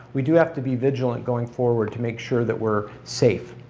we do have to be vigilant going forward to make sure that we're safe.